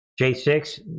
J6